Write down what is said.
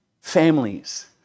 families